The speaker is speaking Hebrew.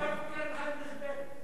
איפה קרן היינריך בל?